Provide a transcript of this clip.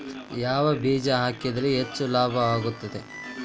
ಯಾವ ಬೇಜ ಹಾಕಿದ್ರ ಹೆಚ್ಚ ಲಾಭ ಆಗುತ್ತದೆ?